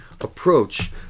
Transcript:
approach